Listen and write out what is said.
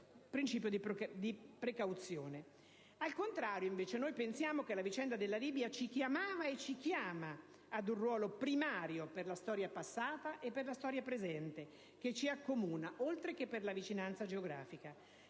Al contrario, noi pensiamo invece che la vicenda della Libia ci chiamasse e ci chiami ad un ruolo primario, per la storia passata e per la storia presente che ci accomunano, oltre che per la vicinanza geografica.